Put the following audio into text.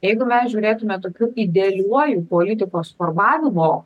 jeigu mes žiūrėtume tokiu idealiuoju politikos formavimo